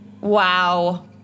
Wow